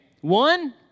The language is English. One